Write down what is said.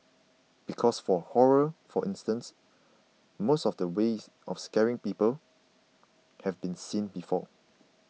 because for horror for instance most of the ways of scaring people have been seen before